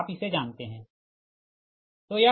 आप इसे जानते है ठीक